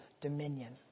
dominion